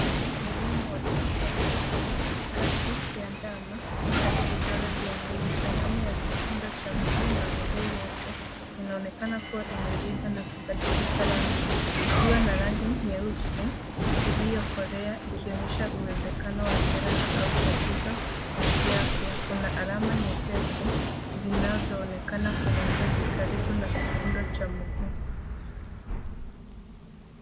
Mgumu mmoja kuanzia katikati ya ndama hadi vidole vya mguu. Sehemu ya kifundo cha mguu na mguu wote inaonekana kuwa imevimba na kubadilika rangi ikiwa na rangi nyeusi, iliyokolea ikionyesha uwezekano wa jeraha au tatizo la kiafya. Kuna alama nyepesi, zinaoonekana kwenye ngozi karibu na kifundo cha mguu.